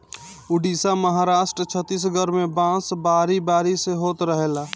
उड़ीसा, महाराष्ट्र, छतीसगढ़ में बांस बारी बारी से होत रहेला